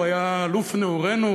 הוא היה אלוף נעורינו,